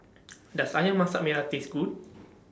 Does Ayam Masak Merah Taste Good